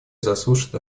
заслушает